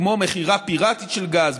כמו מכירה פיראטית של גז,